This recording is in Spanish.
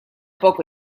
poco